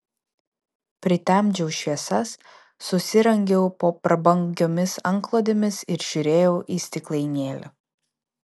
pritemdžiau šviesas susirangiau po prabangiomis antklodėmis ir žiūrėjau į stiklainėlį